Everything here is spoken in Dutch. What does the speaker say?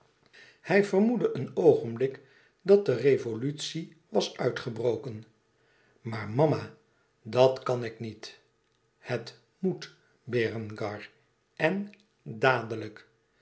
hij vermoedde een oogenblik dat de revolutie was uitgebroken maar mama dat kàn ik niet het moet berengar en dadelijk